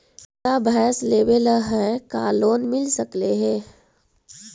हमरा भैस लेबे ल है का लोन मिल सकले हे?